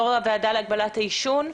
יושב ראש הוועדה להגבלת העישון.